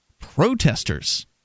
Protesters